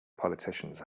politicians